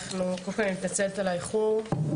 אני מתנצלת על האיחור,